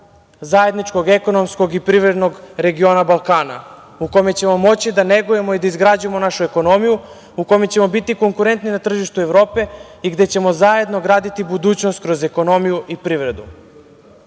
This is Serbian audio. zajedničkog, ekonomskog i privrednog regiona Balkana u kome ćemo moći da negujemo i da izgrađujemo našu ekonomiju, u kome ćemo biti konkurentni na tržištu Evrope i gde ćemo zajedno graditi budućnost kroz ekonomiju i privredu. Srbija